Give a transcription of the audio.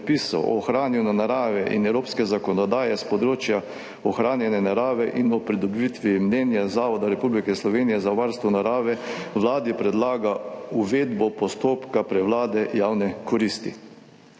o ohranjanju narave in evropske zakonodaje s področja ohranjanja narave in o pridobitvi mnenja Zavoda Republike Slovenije za varstvo narave Vladi predlaga uvedbo postopka prevlade javne koristi.